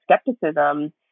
skepticism